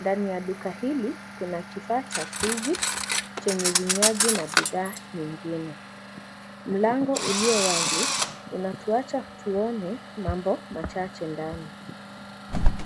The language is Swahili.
Ndani duka hili, kuna kifaa cha friji chenye vinywaji na bidhaa nyingine. Mlango ulio wazi, unatuacha tuone, mambo machache ndani.